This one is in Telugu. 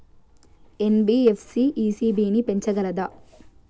ఎన్.బి.ఎఫ్.సి ఇ.సి.బి ని పెంచగలదా?